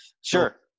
Sure